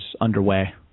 underway